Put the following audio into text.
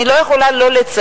אני לא יכולה שלא לציין,